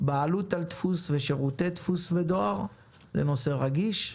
בעלות על דפוס ושירותי דפוס ודואר, זה נושא רגיש,